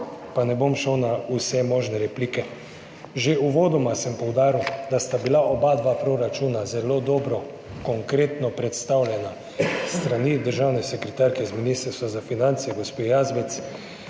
pa ne bom šel na vse možne replike. Že uvodoma sem poudaril, da sta bila oba proračuna zelo dobro in konkretno predstavljena s strani državne sekretarke z Ministrstva za finance, gospe Jazbec,